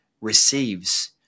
receives